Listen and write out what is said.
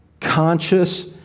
conscious